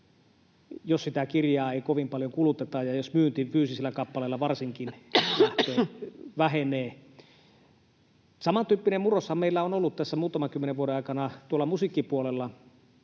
jos sitä kirjaa ei kovin paljon kuluteta ja jos myynti varsinkin fyysisillä kappaleilla vähenee. Samantyyppinen murroshan meillä on ollut tässä muutaman kymmenen vuoden aikana tuolla musiikkipuolella.